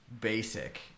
basic